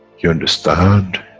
you understand,